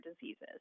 diseases